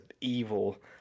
evil